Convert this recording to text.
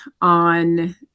on